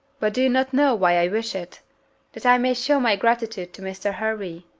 but do you not know why i wish it that i may show my gratitude to mr. hervey.